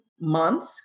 month